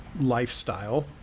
lifestyle